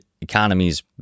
economies